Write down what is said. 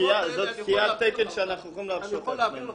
זאת סטיית תקן שאנחנו יכולים להרשות לעצמנו.